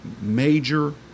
major